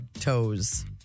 toes